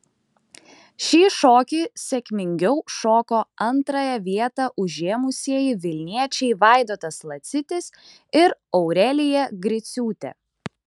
šį šokį sėkmingiau šoko antrąją vietą užėmusieji vilniečiai vaidotas lacitis ir aurelija griciūtė